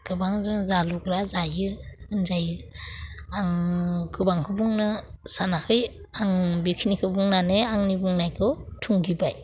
गोबां जों जालुग्रा जायो बुंजायो आं गोबांखौ बुंनो सानाखै आं बेखिनिखौ बुंनानै आंनि बुंनायखौ थुंगेबाय